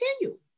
continue